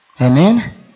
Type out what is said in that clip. Amen